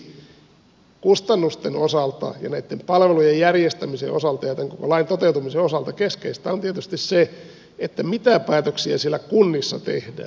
siksi kustannusten osalta ja näitten palvelujen järjestämisen osalta ja tämän koko lain toteutumisen osalta keskeistä on tietysti se mitä päätöksiä siellä kunnissa tehdään